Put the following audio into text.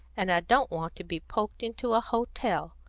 and i don't want to be poked into a hotel,